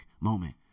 moment